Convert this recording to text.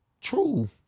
True